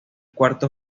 cuarto